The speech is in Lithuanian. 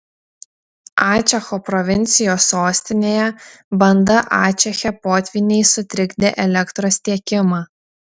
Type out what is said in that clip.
ačecho provincijos sostinėje banda ačeche potvyniai sutrikdė elektros tiekimą